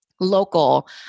local